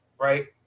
right